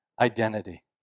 identity